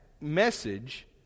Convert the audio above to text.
message